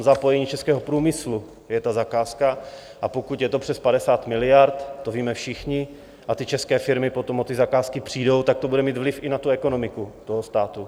I o zapojení českého průmyslu je ta zakázka, a pokud je to přes 50 miliard, to víme všichni, a ty české firmy potom o ty zakázky přijdou, tak to bude mít vliv i na tu ekonomiku státu.